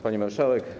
Pani Marszałek!